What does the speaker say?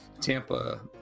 Tampa